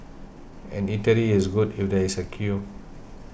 an eatery is good if there is a queue